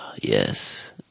Yes